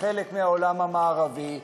כחלק מהעולם המערבי,